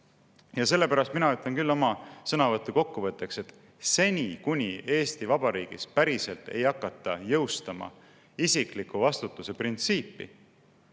sellepärast mina ütlen küll oma sõnavõtu kokkuvõtteks, et seni, kuni Eesti Vabariigis päriselt ei jõustata isikliku vastutuse printsiipi